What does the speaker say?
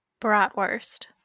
Bratwurst